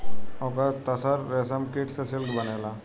ओकर तसर रेशमकीट से सिल्क बनेला